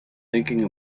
thinking